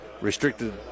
restricted